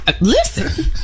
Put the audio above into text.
listen